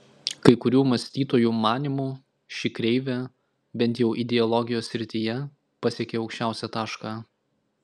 kai kurių mąstytojų manymu ši kreivė bent jau ideologijos srityje pasiekė aukščiausią tašką